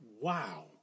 Wow